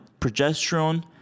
progesterone